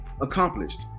accomplished